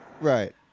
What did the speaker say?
Right